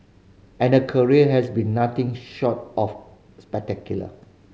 and career has been nothing short of spectacular